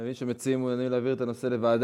אני מבין שמציעים, אדוני, להעביר את הנושא לוועדה.